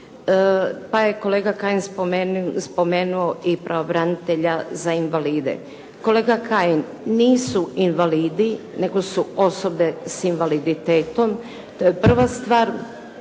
pa je kolega Kajin spomenuo i pravobranitelja za invalide. Kolega Kajin nisu invalidi, nego su osobe sa invaliditetom, to je prava stvar.